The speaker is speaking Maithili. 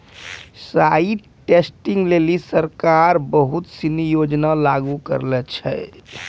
साइट टेस्टिंग लेलि सरकार बहुत सिनी योजना लागू करलें छै